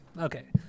Okay